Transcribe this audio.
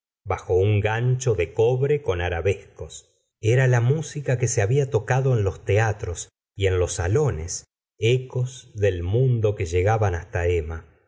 bajo un gancho de cobre con arabescos era la música que se habla tocado en los teatros y en los salones ecos del mundo que llegaban hasta emma